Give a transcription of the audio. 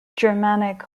germanic